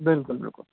بالکل بالکل